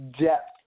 depth